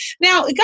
Now